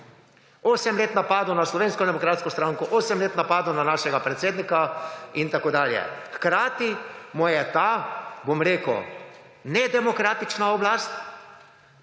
let napadov na Slovensko demokratsko stranko, osem let napadov na našega predsednika in tako dalje. Hkrati mu je ta, bom rekel, nedemokratična oblast,